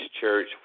Church